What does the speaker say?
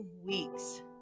Weeks